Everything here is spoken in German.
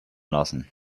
lassen